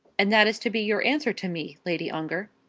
and that is to be your answer to me, lady ongar?